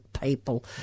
people